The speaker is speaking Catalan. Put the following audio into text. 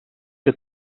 que